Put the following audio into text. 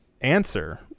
answer